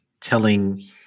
telling